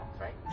right